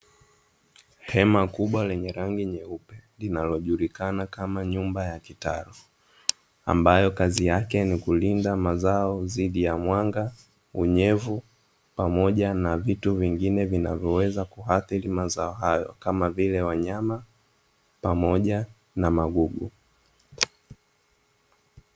Hema kubwa, lenye rangi nyeupe linalo lnalojulikana kama nyumba ya kitalu. Ambayo kazi yake ni kulinda mazao dhidi ya mwanga, unyevu, pamoja na vitu vingine vinavyoweza kuathiri mazao hayo, kama vile wanyama pamoja na magugu.